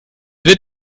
wird